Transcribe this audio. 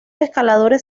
escaladores